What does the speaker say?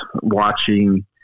watching